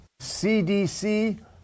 CDC